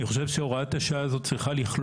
אני חושב שהוראת השעה הזאת צריכה לכלול